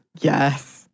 Yes